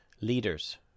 leaders